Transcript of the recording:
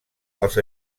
els